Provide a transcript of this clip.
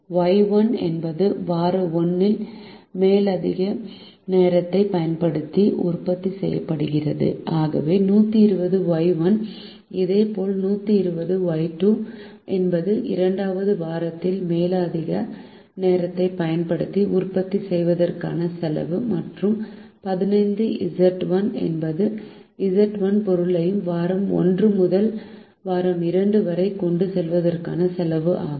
Y 1 என்பது வார 1 இல் மேலதிக நேரத்தைப் பயன்படுத்தி உற்பத்தி செய்யப்படுகிறது ஆகவே 120 Y1 இதேபோல் 120 Y2 என்பது 2 வது வாரத்தில் மேலதிக நேரத்தைப் பயன்படுத்தி உற்பத்தி செய்வதற்கான செலவு மற்றும் 15 Z1 என்பது Z1 பொருட்களை வாரம் 1 முதல் வாரம் 2 வரை கொண்டு செல்வதற்கான செலவு ஆகும்